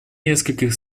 нескольких